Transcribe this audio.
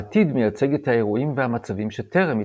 העתיד מייצג את האירועים והמצבים שטרם התרחשו,